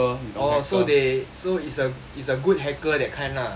oh so they so it's a it's a good hacker that kind lah